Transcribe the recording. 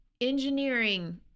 Engineering